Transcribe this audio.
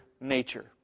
Nature